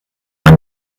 man